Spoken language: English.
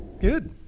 Good